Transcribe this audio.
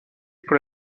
pour